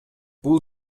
бул